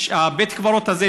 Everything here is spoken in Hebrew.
בית הקברות הזה,